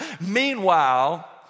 Meanwhile